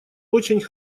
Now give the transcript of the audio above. очень